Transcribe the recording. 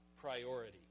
priority